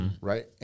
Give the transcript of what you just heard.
Right